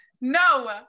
no